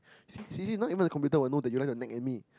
see now now even the computer will know that you like to nag at me